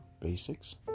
Basics